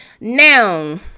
Now